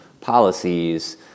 policies